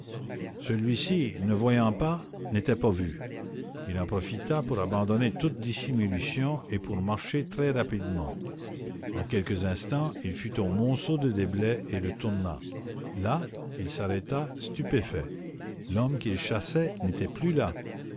celui-ci ne voyant pas n'était pas vu il en profita pour abandonner toute dissimulation et pour marcher très rapidement en quelques instants il fut au monceau de déblais et le tourna là il s'arrêta stupéfait l'homme qu'il chassait n'était plus là